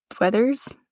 weathers